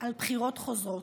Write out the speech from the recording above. על בחירות חוזרות.